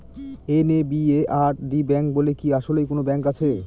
NABARD bank বলে কি আসলেই কোনো ব্যাংক আছে?